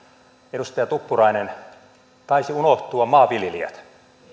edustaja tuppurainen taisi unohtua maanviljelijät